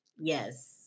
Yes